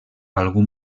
algun